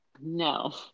no